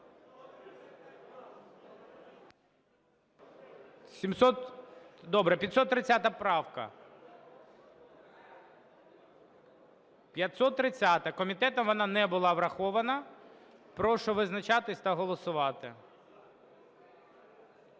Добре, 530 правка. Комітетом вона не була врахована. Прошу визначатись та голосувати.